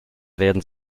werden